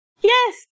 Yes